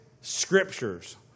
scriptures